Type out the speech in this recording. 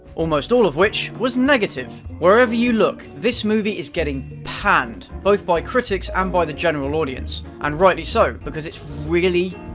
almost all of which, was negative. wherever you look, this movie is getting panned both by critics and um by the general audience. and rightly so, because it's really,